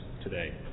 today